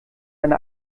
eine